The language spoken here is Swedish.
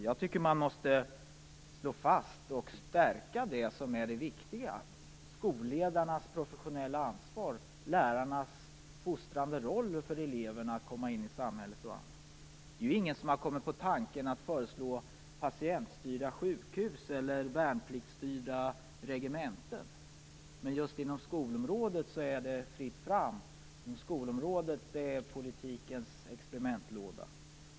Jag tycker att man måste slå fast och stärka det som är det viktiga: skolledarnas professionella ansvar, lärarnas fostrande roll gentemot eleverna för att dessa skall kunna komma in i samhället osv. Ingen har kommit på tanken att föreslå patientstyrda sjukhus eller värnpliktsstyrda regementen, men just inom skolområdet är det fritt fram. Skolområdet är politikens experimentlåda.